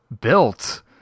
built